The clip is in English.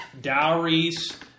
dowries